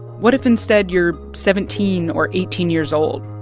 what if instead you're seventeen or eighteen years old,